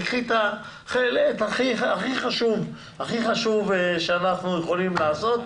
קחי את החלק הכי חשוב שאנחנו יכולים לעשות,